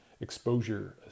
exposure